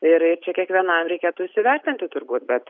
ir čia kiekvienam reikėtų įsivertinti turbūt bet